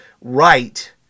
right